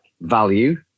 value